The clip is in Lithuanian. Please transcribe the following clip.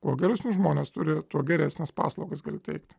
kuo geresniu žmones turi tuo geresnes paslaugas gali teikti